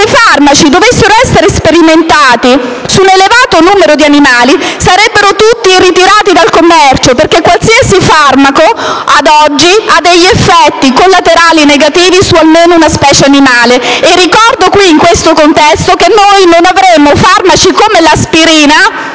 se i farmaci dovessero essere sperimentati su un elevato numero di animali sarebbero tutti ritirati dal commercio, perché qualsiasi farmaco, ad oggi, ha degli effetti collaterali negativi su almeno una specie animale. Ricordo inoltre in questo contesto che noi non avremmo farmaci come l'aspirina,